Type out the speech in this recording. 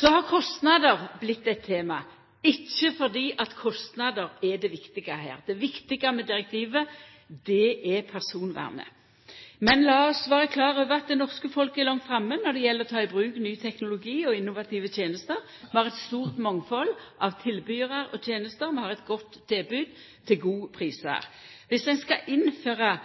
Så har kostnader vorte eit tema, ikkje fordi kostnader er det viktige her. Det viktige med direktivet er personvernet. Men lat oss vera klare over at det norske folk er langt framme når det gjeld å ta i bruk ny teknologi og innovative tenester. Vi har eit stort mangfald av tilbydarar og tenester. Vi har eit godt tilbod til gode prisar. Dersom ein skal innføra